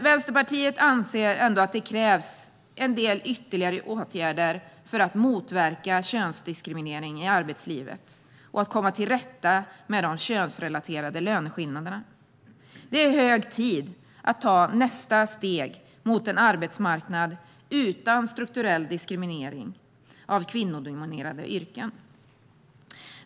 Vänsterpartiet anser dock att det krävs en del ytterligare åtgärder för att motverka könsdiskriminering i arbetslivet och komma till rätta med de könsrelaterade löneskillnaderna. Det är hög tid att ta nästa steg mot en arbetsmarknad utan strukturell diskriminering av kvinnodominerade yrken.